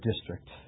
district